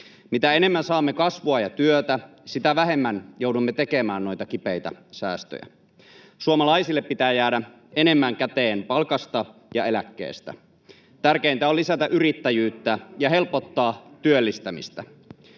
Mitä enemmän saamme kasvua ja työtä, sitä vähemmän joudumme tekemään noita kipeitä säästöjä. Suomalaisille pitää jäädä enemmän käteen palkasta ja eläkkeestä. [Ben Zyskowicz: Te olette Saarikon kanssa eri mieltä